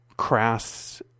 crass